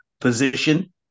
position